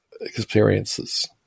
experiences